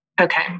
Okay